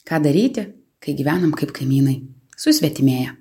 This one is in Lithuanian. ką daryti kai gyvenam kaip kaimynai susvetimėję